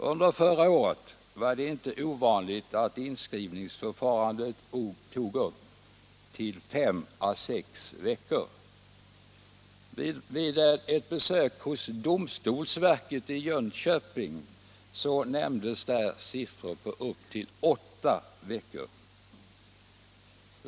Under förra året var det inte ovanligt att inskrivningsförfarandet tog upp till fem å sex veckor. Vid ett besök hos domstolsverket i Jönköping nämndes där siffror på upp till åtta veckor.